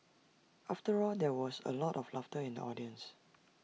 after all there was A lot of laughter in the audience